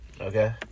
Okay